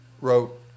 wrote